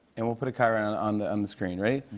and we'll put a chyron on on the um the screen. ready?